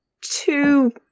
two